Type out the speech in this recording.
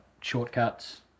shortcuts